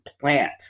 plant